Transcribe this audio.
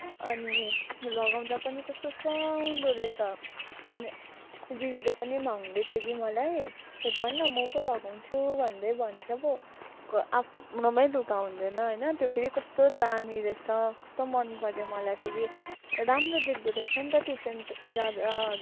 अनि लगाउँदा पनि कस्तो सुहाउँदो रहेछ अनि दिदीले पनि माग्दै थियो कि मलाई भन न म पो लगाउँछु भन्दै भन्छ पो आफ्नोमै लुगा हुँदैन होइन त्यो फेरि कस्तो दामी रहेछ कस्तो मन पऱ्यो मलाई फेरि राम्रो देख्दो रहेछ नि त ट्युसन जाँदाहरू